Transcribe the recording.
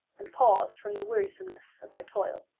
and paused from the wearisomeness of their toil.